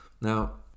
Now